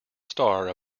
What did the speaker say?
star